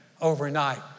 overnight